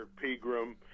Pegram